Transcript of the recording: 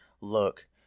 look